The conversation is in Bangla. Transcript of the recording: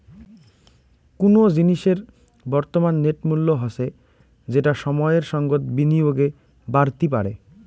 কুনো জিনিসের বর্তমান নেট মূল্য হসে যেটা সময়ের সঙ্গত বিনিয়োগে বাড়তি পারে